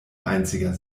einziger